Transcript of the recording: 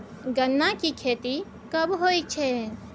गन्ना की खेती कब होय छै?